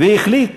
והחליט,